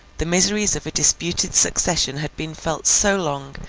the miseries of a disputed succession had been felt so long,